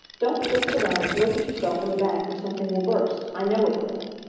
don't twist around to look at yourself in the back or something will burst, i know it will.